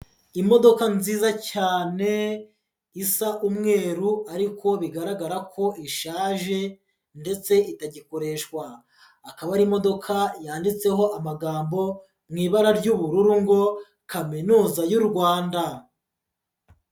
Imodoka nziza cyane isa umweru ariko bigaragara ko ishaje ndetse itagikoreshwa, akaba ari imodoka yanditseho amagambo mu ibara ry'ubururu ngo Kaminuza y'u Rwanda.